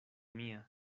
mia